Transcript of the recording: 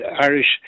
Irish